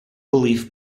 belief